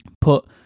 put